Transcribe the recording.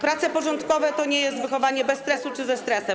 Prace porządkowe to nie jest wychowanie bez stresu czy ze stresem.